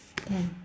can